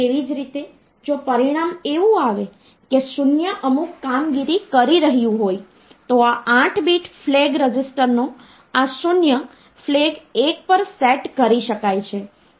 તેવી જ રીતે જો પરિણામ એવું આવે કે 0 અમુક કામગીરી કરી રહ્યું હોય તો આ 8 બીટ ફ્લેગ રજીસ્ટરનો આ શૂન્ય ફ્લેગ 1 પર સેટ કરી શકાય છે